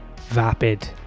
vapid